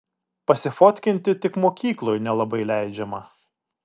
pasifotkinti tik mokykloj nelabai leidžiama